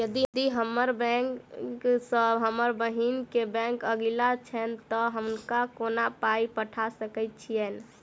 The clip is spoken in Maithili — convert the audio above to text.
यदि हम्मर बैंक सँ हम बहिन केँ बैंक अगिला छैन तऽ हुनका कोना पाई पठा सकैत छीयैन?